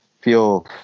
feel